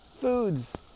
foods